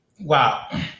Wow